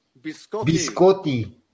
Biscotti